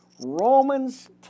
Romans